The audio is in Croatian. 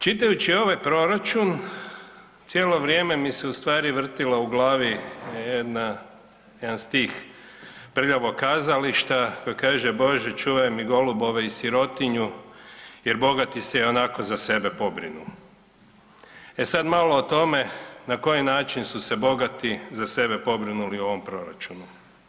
Čitajući ovaj proračun, cijelo vrijeme mi se ustvari vrtilo u glavi jedna, jedan stih Prljavog kazališta, pa kaže „Bože čuvaj mi golubove i sirotinju jer bogati se ionako za sebe pobrinu.“ E sad malo o tome na koji način su se bogati za sebe pobrinuli u ovom proračunu.